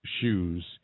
shoes